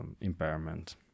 impairment